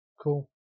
Cool